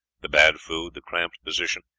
the bad food, the cramped position,